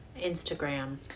Instagram